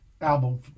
album